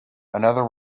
another